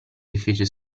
rifece